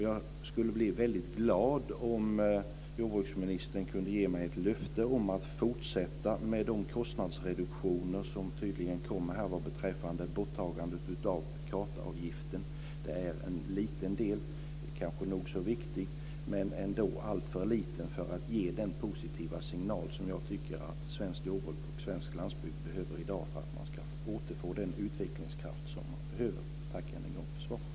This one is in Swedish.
Jag skulle bli väldigt glad om jordbruksministern kunde ge mig ett löfte om att fortsätta med de kostnadsreduktioner som tydligen kommer här beträffande borttagandet av kartavgiften. Det är kanske en nog så viktig del men alldeles för liten för att ge den positiva signal som jag tycker att svenskt jordbruk och svensk landsbygd behöver i dag för att man ska återfå utvecklingskraften. Tack än en gång för svaret.